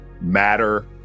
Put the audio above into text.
matter